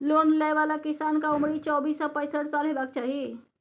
loan लय बला किसानक उमरि चौबीस सँ पैसठ साल हेबाक चाही